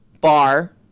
bar